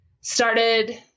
started